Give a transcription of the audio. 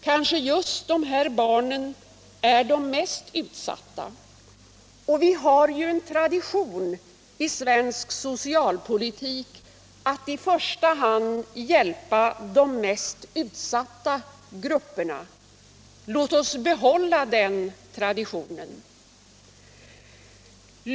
Barnen till nattarbetande föräldrar är kanske de mest utsatta, och vi har en tradition i svensk socialpolitik att i första hand hjälpa de mest utsatta grupperna. Låt oss behålla den traditionen.